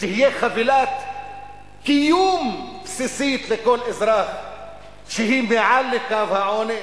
חבילת קיום בסיסית לכל אזרח שהיא מעל לקו העוני,